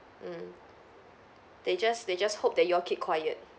mm they just they just hope that you all keep quiet